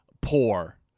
poor